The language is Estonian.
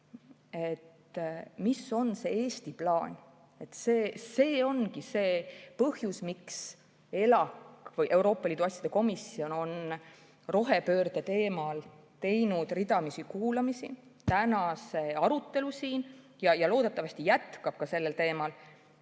Mis on Eesti plaan? See ongi see põhjus, miks Euroopa Liidu asjade komisjon on rohepöörde teemal teinud ridamisi kuulamisi, tänase arutelu ja loodetavasti ka jätkab sellel teemal,